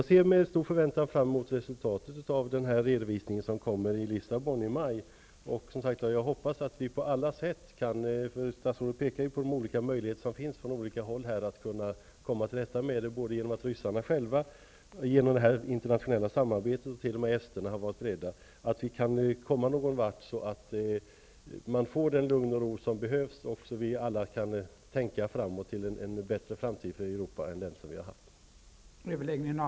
Jag ser med stor förväntan fram emot resultatet av den redovisning som skall göras i Lissabon i maj. Statsrådet pekade på de olika möjligheter -- genom ett internationellt samarbete med ryssarna själva och t.o.m. med esterna, som har sagt sig vara beredda att hjälpa till -- som finns för att man skall kunna komma till rätta med problemet. Jag hoppas att vi på alla sätt försöker att komma någon vart, så att man får den lugn och ro som behövs och så att vi alla kan se fram emot en bättre framtid för Europa än den som vi tidigare hade att se fram emot.